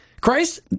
Christ